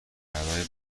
برای